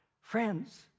friends